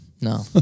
No